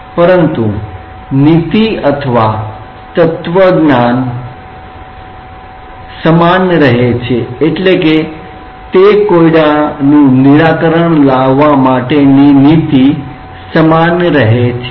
પરંતુ નીતિ અથવા તત્વજ્ઞાન ની રીતે તે કોયડા નુ નિરાકરણ સમાન રહે છે